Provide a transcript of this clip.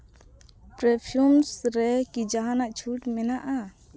perfumes ᱨᱮ ᱠᱤ ᱡᱟᱦᱟᱱ ᱪᱷᱩᱴ ᱢᱮᱱᱟᱜᱼᱟ